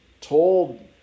told